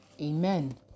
amen